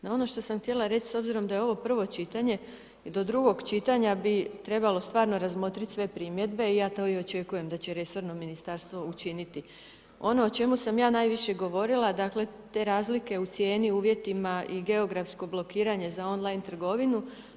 No ono što sam htjela reći s obzirom da je ovo prvo čitanje, do drugog čitanja bi trebalo stvarno razmotrit sve primjedbe i ja to i očekujem da će resorno ministarstvo učiniti ono o čemu sam ja najviše govorila dakle te razlike u cijeni i uvjetima i geografsko blokiranje za online trgovinu.